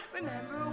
Remember